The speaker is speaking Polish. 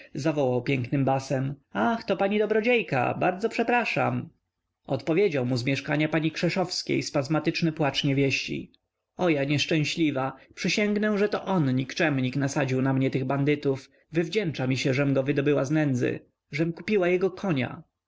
zawołał pięknym basem ach to pani dobrodziejka bardzo przepraszam odpowiedział mu z mieszkania pani krzeszówskiej spazmatyczny płacz niewieści o ja nieszczęśliwa przysięgnę że to on nikczemnik nasadził na mnie tych bandytów wywdzięcza mi się żem go wydobyła z nędzy żem kupiła jego konia